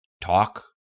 talk